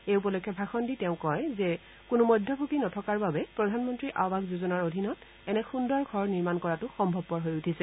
এই উপলক্ষে ভাষণ দি তেওঁ কয় যে কোনো মধ্যভোগী নথকাৰ বাবেই প্ৰধানমন্ত্ৰী আৱাস যোজনাৰ অধীনত এনে সুন্দৰ ঘৰ নিৰ্মাণ কৰাটো সম্ভৱপৰ হৈ উঠিছে